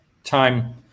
time